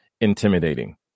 intimidating